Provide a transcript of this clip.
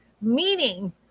meaning